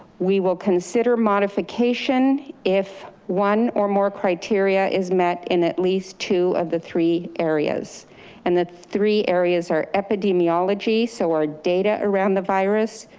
we will consider modification if one or more criteria is met in at least two of the three areas and the three areas are epidemiology, so our data around the virus.